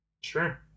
sure